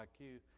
IQ